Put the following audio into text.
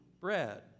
bread